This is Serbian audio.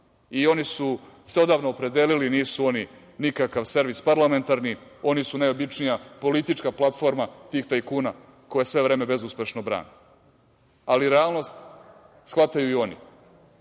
I oni su se odavno opredelili, nisu oni nikakav servis parlamentarni, oni su najobičnija politička platforma tih tajkuna koje sve vreme bezuspešno brane. Realnost shvataju i oni.